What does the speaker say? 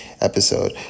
episode